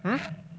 mm